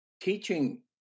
teaching